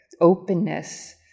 openness